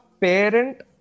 parent